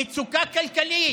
מצוקה כלכלית,